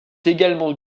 également